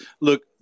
Look